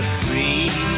free